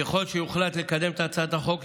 ככל שיוחלט לקדם את הצעת החוק,